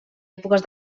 èpoques